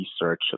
research